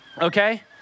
okay